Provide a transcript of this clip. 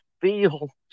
feel